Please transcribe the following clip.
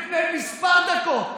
לפני כמה דקות,